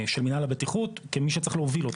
של המנהל הבטיחות כמי שצריך להוביל אותו,